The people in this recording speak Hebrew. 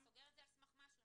אתה סוגר את זה על סמך משהו.